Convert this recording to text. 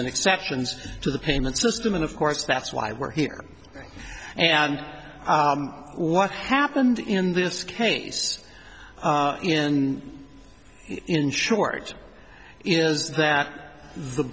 and exceptions to the payment system and of course that's why we're here and what happened in this case in in short is that the